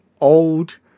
old